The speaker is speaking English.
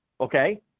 Okay